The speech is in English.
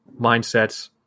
mindsets